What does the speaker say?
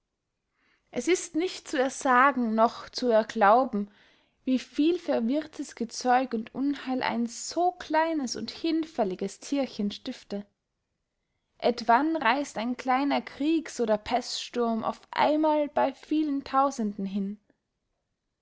es ist nicht zu ersagen noch zu erglauben wie viel verwirrtes gezeug und unheil ein so kleines und hinfälliges thierchen stifte etwann reißt ein kleiner kriegs oder pestssturm auf einmal bey vielen tausenden hin